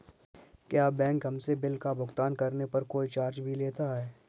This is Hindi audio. क्या बैंक हमसे बिल का भुगतान करने पर कोई चार्ज भी लेता है?